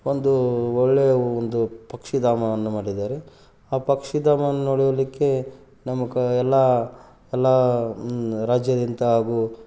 ಒಂದು ಒಳ್ಳೆಯ ಒಂದು ಪಕ್ಶಿಧಾಮವನ್ನು ಮಾಡಿದ್ದಾರೆ ಆ ಪಕ್ಷಿಧಾಮವನ್ನು ನೋಡಲಿಕ್ಕೆ ನಮ್ಮ ಎಲ್ಲ ಎಲ್ಲ ರಾಜ್ಯಾದ್ಯಂತ ಹಾಗೂ